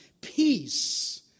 Peace